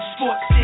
Sports